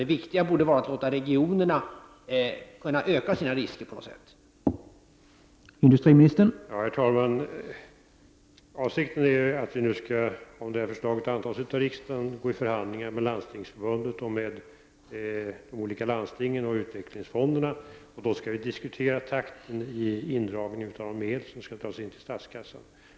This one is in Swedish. Det riktiga vore att låta regionerna öka sina risker på något sätt. Herr talman! Avsikten är att vi, om förslaget antas av riksdagen, skall gå ini förhandlingar med Landstingsförbundet, olika landsting och utvecklingsfonderna. Då skall vi diskutera takten i indragningen av de medel som skall tas in till statskassan.